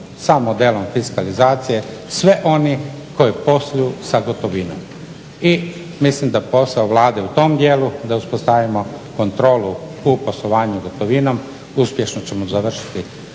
samo dijelom fiskalizacije sve oni koji posluju sa gotovinom. I mislim da je posao Vlade u tom dijelu da uspostavimo kontrolu u poslovanju gotovinom uspješno ćemo završiti